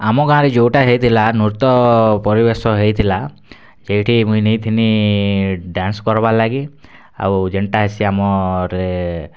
ଆମ ଗାଁରେ ଯେଉଁଟା ହେଇଥିଲା ନୃତ୍ୟ ପରିବେଷଶ ହେଇଥିଲା ସେଇଠି ମୁଇଁ ନେଇଥିନି ଡାନ୍ସ୍ କରବାର୍ ଲାଗି ଆଉ ଯେନ୍ଟା ସେ ଆମରେ